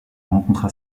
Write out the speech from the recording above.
rencontra